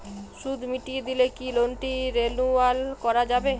সুদ মিটিয়ে দিলে কি লোনটি রেনুয়াল করাযাবে?